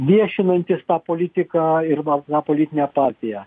viešinantis tą politiką ir va tą politinę partiją